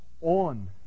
on